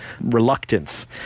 reluctance